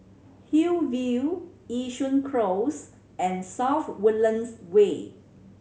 Hillview Yishun Close and South Woodlands Way